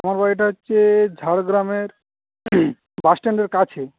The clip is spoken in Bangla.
আমার বাড়িটা হচ্ছে ঝাড়গ্রামের বাসস্ট্যান্ডের কাছে